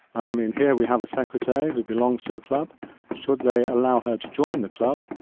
i mean here we have a secretary who belongs to a club should they allow her to join the club,